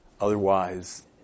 Otherwise